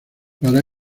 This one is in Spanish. para